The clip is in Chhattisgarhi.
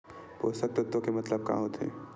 पोषक तत्व के मतलब का होथे?